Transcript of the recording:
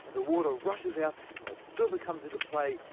and the water rushes out, and the filter comes into play,